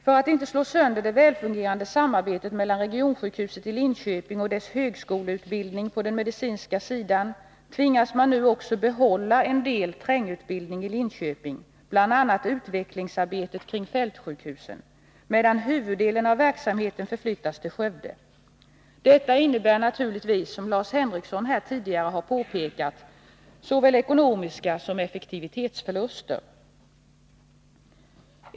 För att inte slå sönder det välfungerande samarbetet mellan regionsjukhuset i Linköping och dess högskoleutbildning på den medicinska sidan tvingas man nu också behålla en del av trängutbildningen i Linköping, bl.a. utvecklingsarbetet kring fältsjukhusen. Däremot förflyttas huvuddelen av verksamheten till Skövde. Detta innebär naturligtvis, som Lars Henrikson här tidigare har framhållit, såväl ekonomiska förluster som effektivitetsförluster.